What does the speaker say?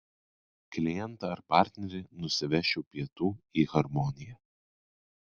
klientą ar partnerį nusivesčiau pietų į harmoniją